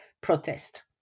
protest